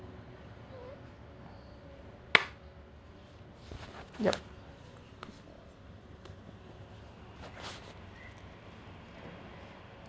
yup